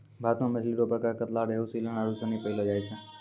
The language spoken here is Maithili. भारत मे मछली रो प्रकार कतला, रेहू, सीलन आरु सनी पैयलो जाय छै